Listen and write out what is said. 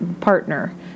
partner